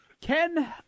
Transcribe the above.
Ken